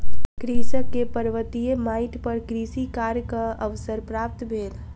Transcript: कृषक के पर्वतीय माइट पर कृषि कार्यक अवसर प्राप्त भेल